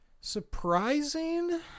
surprising